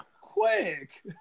quick